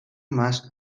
მას